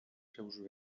seus